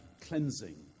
cleansing